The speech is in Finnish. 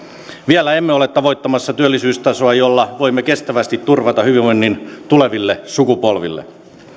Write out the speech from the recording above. vielä emme ole tavoittamassa työllisyystasoa jolla voimme kestävästi turvata hyvinvoinnin tuleville sukupolville